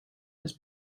has